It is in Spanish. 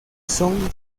son